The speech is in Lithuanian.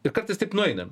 ir kartais taip nueinam